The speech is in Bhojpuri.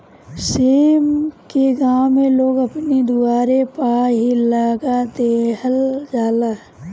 सेम के गांव में लोग अपनी दुआरे पअ ही लगा देहल जाला